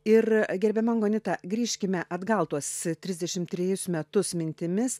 ir gerbiama angonita grįžkime atgal tuos trisdešimt trejus metus mintimis